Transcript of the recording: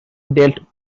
dealt